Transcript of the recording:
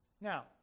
Now